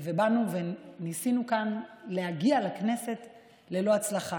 באנו וניסינו להגיע לכאן, לכנסת, ללא הצלחה.